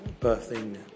birthing